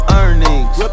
earnings